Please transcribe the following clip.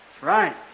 Right